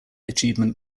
achievement